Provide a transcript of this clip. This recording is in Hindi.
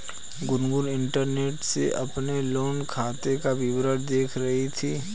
गुनगुन इंटरनेट से अपने लोन खाते का विवरण देख रही थी